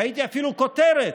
ראיתי אפילו כותרת: